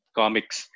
comics